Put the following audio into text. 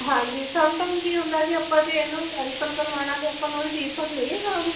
ਹਾਂਜੀ ਸਮਟਾਈਮ ਕੀ ਹੁੰਦਾ ਜੀ ਆਪਾਂ ਜੇ ਇਹਨੂੰ ਕੈਂਸਲ ਕਰਵਾਉਣਾ ਤਾਂ ਆਪਾਂ ਨੂੰ ਰੀਫੰਡ ਮਿਲੇਗਾ ਉਹਨੂੰ